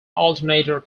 alternator